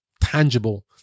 tangible